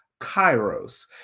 kairos